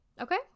Okay